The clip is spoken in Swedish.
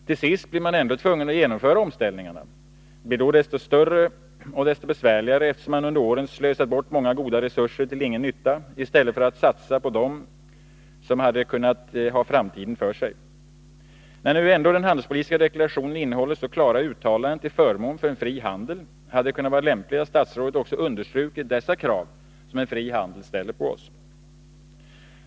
Till sist blir man ändå tvungen att genomföra omställningarna. De blir då desto större och desto besvärligare, eftersom man under åren slösat många goda resurser till ingen nytta i stället för att satsa dem på vad som hade kunnat ha framtiden för sig. När nu ändå den handelspolitiska deklarationen innehåller så klara uttalanden till förmån för en fri handel hade det kunnat vara lämpligt att statsrådet också understrukit dessa krav som en fri handel ställer på oss.